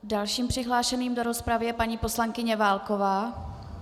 Dalším přihlášeným do rozpravy je paní poslankyně Válková.